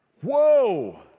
Whoa